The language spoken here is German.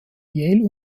yale